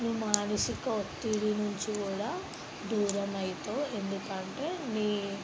మానసిక ఒత్తిడి నుంచి కూడా దూరము అవుతావు ఎందుకంటే నీ